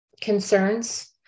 concerns